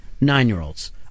nine-year-olds